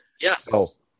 Yes